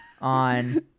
on